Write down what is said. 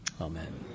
Amen